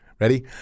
Ready